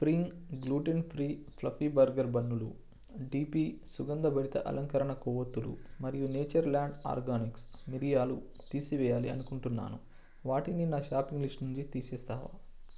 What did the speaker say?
spring gluten free fluffy burger బన్నులు డిపి సుగంధభరిత అలంకరణ కొవ్వొత్తులు మరియు నేచర్ ల్యాండ్ ఆర్గానిక్స్ మిరియాలు తీసివేయాలి అనుకుంటున్నాను వాటిని నా షాపింగ్ లిస్ట్ నుండి తీసేస్తావా